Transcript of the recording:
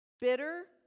Bitter